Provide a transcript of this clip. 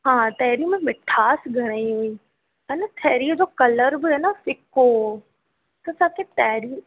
हा तांहिरी में मिठास घणेई हुई हा न तांहिरीअ जो कलर बि हा न फिको हुओ असांखे तांहिरी